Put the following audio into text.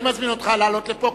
אני מזמין אותך לעלות לפה,